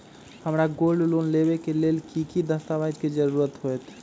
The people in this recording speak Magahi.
हमरा गोल्ड लोन लेबे के लेल कि कि दस्ताबेज के जरूरत होयेत?